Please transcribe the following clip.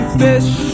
fish